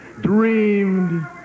dreamed